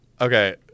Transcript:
Okay